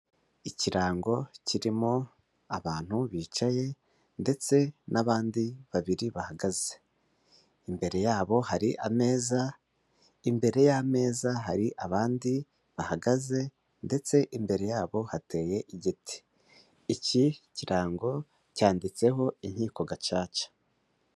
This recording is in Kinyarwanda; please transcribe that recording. Ikirango kirimo abantu bicaye ndetse n'abandi babiri bahagaze, imbere yabo hari ameza, imbere y'ameza hari abandi bahagaze ndetse imbere yabo hateye igiti. Iki kirango cyanditseho inkiko gacaca.